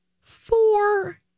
four